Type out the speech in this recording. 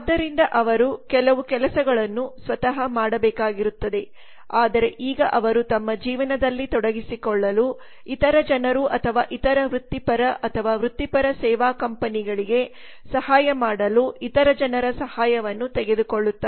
ಆದ್ದರಿಂದ ಅವರು ಕೆಲವು ಕೆಲಸಗಳನ್ನು ಸ್ವತಃ ಮಾಡಬೇಕಾಗಿರುತ್ತದೆ ಆದರೆ ಈಗ ಅವರು ತಮ್ಮ ಜೀವನದಲ್ಲಿ ತೊಡಗಿಸಿಕೊಳ್ಳಲು ಇತರ ಜನರು ಅಥವಾ ಇತರ ವೃತ್ತಿಪರ ಅಥವಾ ವೃತ್ತಿಪರ ಸೇವಾ ಕಂಪನಿಗಳಿಗೆ ಸಹಾಯ ಮಾಡಲು ಇತರ ಜನರ ಸಹಾಯವನ್ನು ತೆಗೆದುಕೊಳ್ಳುತ್ತಾರೆ